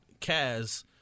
Kaz